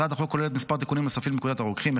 הצעת החוק כוללת כמה תיקונים נוספים לפקודת הרוקחים: